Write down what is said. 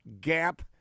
gap